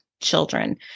children